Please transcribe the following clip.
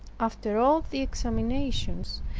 after all the examinations,